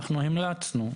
אנחנו המלצנו,